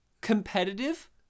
Competitive